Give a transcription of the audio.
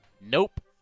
Nope